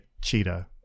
cheetah